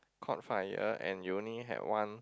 caught fire and you only had one